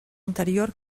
anterior